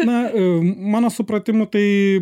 na mano supratimu tai